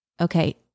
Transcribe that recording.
okay